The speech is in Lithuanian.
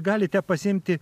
galite pasiimti